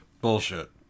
Bullshit